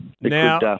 now